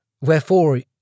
Wherefore